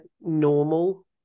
normal